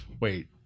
Wait